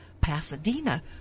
Pasadena